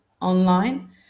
online